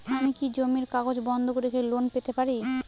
আমি কি জমির কাগজ বন্ধক রেখে লোন পেতে পারি?